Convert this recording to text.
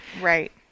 Right